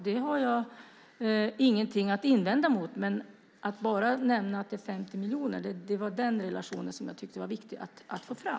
Det har jag ingenting att invända mot men att bara nämna att det är 50 miljoner; det var den relationen som jag tyckte var viktig att få fram.